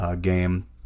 game